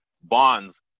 bonds